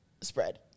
spread